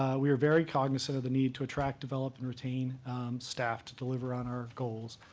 we are very cognizant of the need to attract, develop, and retain staff to deliver on our goals.